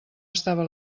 estava